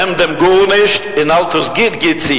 ער האט געזאגט: נעמט גארנישט אבער האלט דאס גוט גוט,